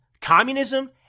communism